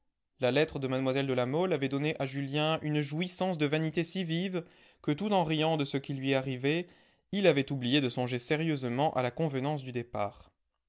la lettre de mlle de la mole avait donné à julien une jouissance de vanité si vive que tout en riant de ce qui lui arrivait il avait oublié de songer sérieusement à la convenance du départ